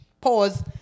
Pause